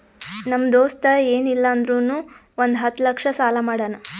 ನಮ್ ದೋಸ್ತ ಎನ್ ಇಲ್ಲ ಅಂದುರ್ನು ಒಂದ್ ಹತ್ತ ಲಕ್ಷ ಸಾಲಾ ಮಾಡ್ಯಾನ್